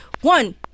One